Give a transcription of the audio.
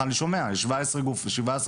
ככה אני שומע, שיש 17 גופים.